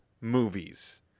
movies